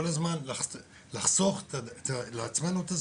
כל הזמן לחסוך לעצמנו את הזמן.